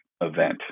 event